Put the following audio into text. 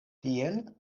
tiel